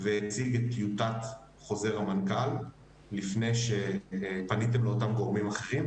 והציג את טיוטת חוזר המנכל לפני שפניתם לאותם גורמים אחרים.